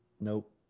nope